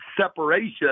separation